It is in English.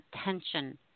attention